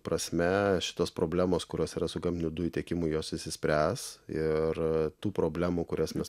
prasme šitos problemos kurios yra su gamtinių dujų tiekimu jos išsispręs ir tų problemų kurias mes